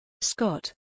Scott